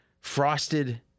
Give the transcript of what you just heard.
frosted